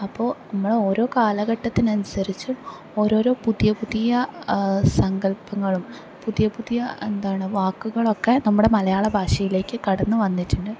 അപ്പോൾ നമ്മള് ഓരോ കാലഘട്ടത്തിനനുസരിച്ചും ഓരോരോ പുതിയ പുതിയ സങ്കൽപ്പങ്ങളും പുതിയ പുതിയ എന്താണ് വാക്കുകളൊക്കെ നമ്മുടെ മലയാള ഭാഷയിലേക്ക് കടന്നു വന്നിട്ടുണ്ട്